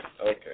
Okay